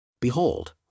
Behold